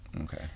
Okay